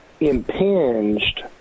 impinged